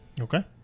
Okay